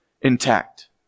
intact